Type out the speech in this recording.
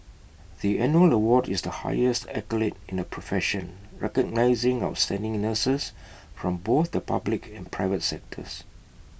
the annual award is the highest accolade in the profession recognising outstanding nurses from both the public and private sectors